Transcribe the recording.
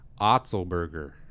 Otzelberger